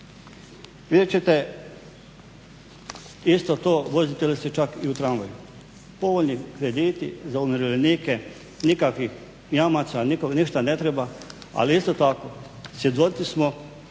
Vidjet ćete isto to vozite li se čak i u tramvaju. Povoljni krediti za umirovljenike, nikakvih jamaca, nikog ništa ne treba, ali isto tako svjedoci smo